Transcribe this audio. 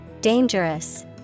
Dangerous